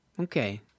Okay